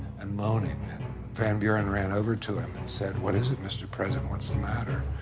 and moaning, and van buren ran over to him and said, what is it, mr. president? what's the matter?